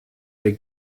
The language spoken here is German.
der